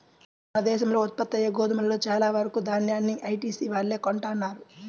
మన దేశంలో ఉత్పత్తయ్యే గోధుమలో చాలా వరకు దాన్యాన్ని ఐటీసీ వాళ్ళే కొంటన్నారు